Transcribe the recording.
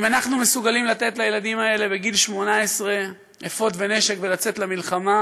אם אנחנו מסוגלים לתת לילדים האלה בגיל 18 אפוד ונשק ולצאת למלחמה